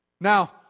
Now